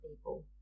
people